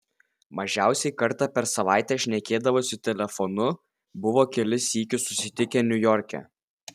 mažiausiai kartą per savaitę šnekėdavosi telefonu buvo kelis sykius susitikę niujorke